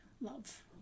love